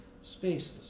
spaces